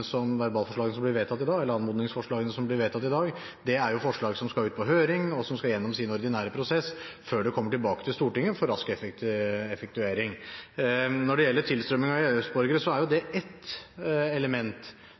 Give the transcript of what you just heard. de anmodningsforslagene som blir vedtatt i dag. Det er jo forslag som skal ut på høring, og som skal gjennom sin ordinære prosess før det kommer tilbake til Stortinget for rask effektuering. Når det gjelder tilstrømming av EØS-borgere, er det ett element